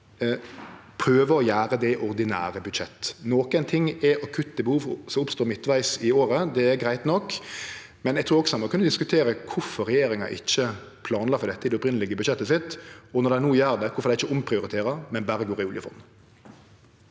prøver å gjere det i ordinære budsjett. Nokre ting er akutte behov som oppstår midtvegs i året – det er greitt nok – men ein må kunne diskutere kvifor regjeringa ikkje planla for dette i det opphavlege budsjettet sitt, og når dei no gjer det, kvifor dei ikkje omprioriterer, men berre går til oljefondet.